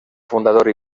fundador